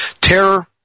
terror